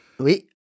Oui